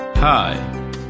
Hi